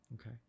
Okay